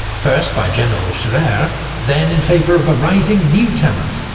first by general scherer, then in favour of a rising new talent,